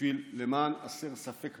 למען הסר ספק,